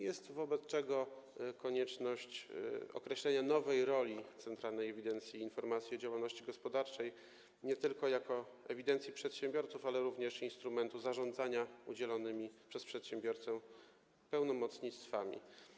Jest wobec tego konieczne określenie nowej roli Centralnej Ewidencji i Informacji o Działalności Gospodarczej - nie tylko jako ewidencji przedsiębiorców, ale również jako instrumentu zarządzania udzielonymi przez przedsiębiorcę pełnomocnictwami.